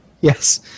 Yes